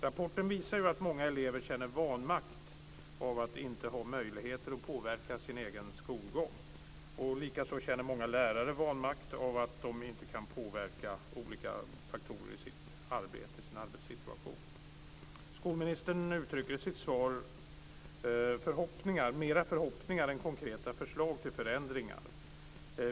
Rapporten visar ju att många elever känner vanmakt över att inte ha möjligheter att påverka sin egen skolgång. Likaså känner många lärare vanmakt över att de inte kan påverka olika faktorer i sin arbetssituation. Skolministern uttrycker i sitt svar mera förhoppningar än konkreta förslag till förändringar.